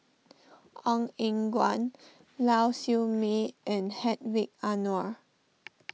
Ong Eng Guan Lau Siew Mei and Hedwig Anuar